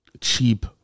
cheap